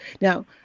now